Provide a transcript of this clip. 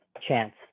chance